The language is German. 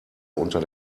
unter